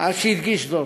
שהדגיש זאת.